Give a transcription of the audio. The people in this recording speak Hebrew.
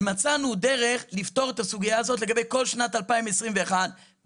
ומצאנו דרך לפתור את הסוגיה הזאת לגבי כל שנת 2021 בתיאום.